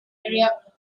area